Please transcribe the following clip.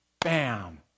bam